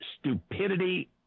stupidity